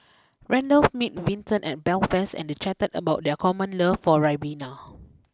Randolph meet Vinton in Belfast and they chatted about their common love for Ribena